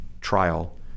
trial